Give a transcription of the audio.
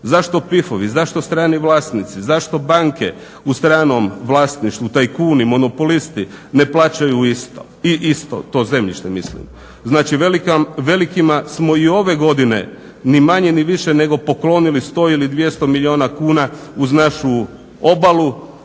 Zašto PIF-ovi, zašto strani vlasnici, zašto banke u stranom vlasništvu, tajkuni, monopolisti ne plaćaju isto i isto to zemljište mislim? Znači velikima smo i ove godine ni manje ni više poklonili 100 ili 200 milijuna kuna uz našu obalu,